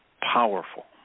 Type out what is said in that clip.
powerful